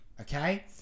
okay